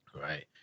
Right